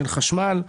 של חשמל,